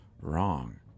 wrong